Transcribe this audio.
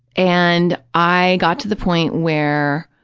and i got to the point where,